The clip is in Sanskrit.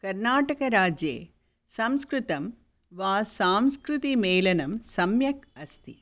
कर्नाटकराज्ये संस्कृतं वा सांस्कृतिमेलनं सम्यक् अस्ति